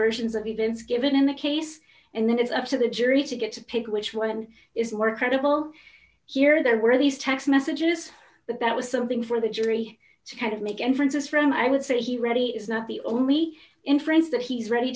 versions of events given in the case and then it's up to the jury to get to pick which one is more credible here there were these text messages but that was something for the jury to kind of make inferences from i would say he ready is not the only inference that he's ready